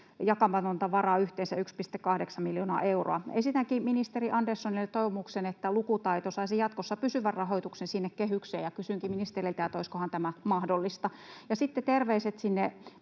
jakamatonta varaa yhteensä 1,8 miljoonaa euroa. Esitänkin ministeri Anderssonille toivomuksen, että lukutaito saisi jatkossa pysyvän rahoituksen sinne kehykseen, ja kysynkin ministeriltä, olisikohan tämä mahdollista.